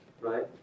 right